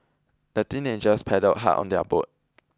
the teenagers paddled hard on their boat